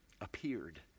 appeared